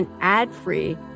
ad-free